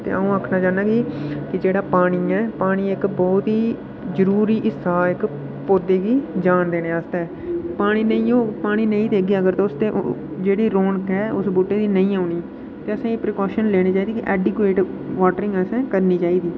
ते अ'ऊं आखना चाह्न्नां कि जेह्ड़ा पानी ऐ पानी इक बहुत ही जरूरी हिस्सा ऐ इक पौधे गी जान देने आस्तै पानी नेईं होग पानी नेईं देगे अगर तुस जेह्ड़ी रौनक ऐ उस बूह्टे दी नेईं औनी ते असें ई प्रिकाशन लेने चाहिदे कि एडीक्यट वाटरिंग असें करनी चाहिदी